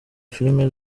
film